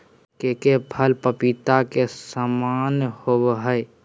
cocoa फल पपीता के समान होबय हइ